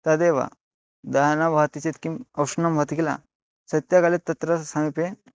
तदेव दहनं भवति चेत् किम् उष्णं भवति किल शैत्यकाले तत्र समीपे